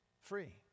free